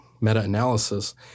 meta-analysis